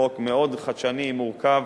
חוק מאוד חדשני, מורכב,